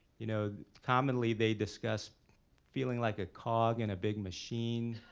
you know, commonly, they discuss feeling like a cog in a big machine.